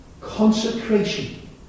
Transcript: consecration